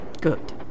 Good